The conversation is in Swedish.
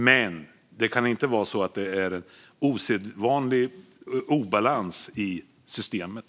Men det kan inte vara en osedvanlig obalans i systemet.